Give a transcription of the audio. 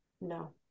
No